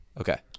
Okay